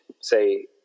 say